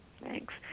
Thanks